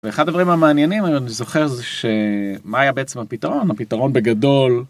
ואחד הדברים המעניינים אני זוכר זה ש.. מה היה בעצם הפתרון? הפתרון בגדול...